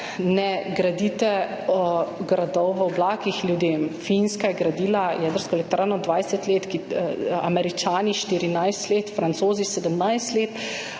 ne gradite ljudem gradov v oblakih. Finska je gradila jedrsko elektrarno 20 let, Američani 14 let, Francozi 17 let,